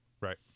right